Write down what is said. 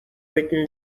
written